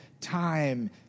time